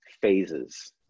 phases